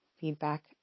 feedback